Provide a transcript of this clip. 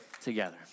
together